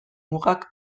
mugak